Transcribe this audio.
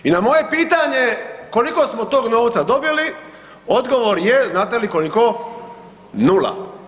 I na moje pitanje koliko smo tog novca dobili, odgovor je znate li koliko, nula.